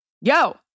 Yo